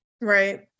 Right